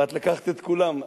ואת לקחת את כולם,